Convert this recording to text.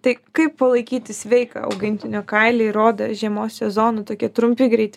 tai kaip palaikyti sveiką augintinio kailį ir odą žiemos sezonu tokie trumpi greiti